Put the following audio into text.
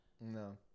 No